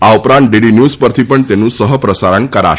આ ઉપરાંત DD news પરથી પણ તેનું સહ પ્રસારણ થશે